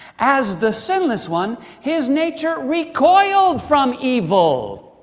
as the sinless one, his nature recoiled from evil.